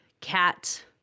cat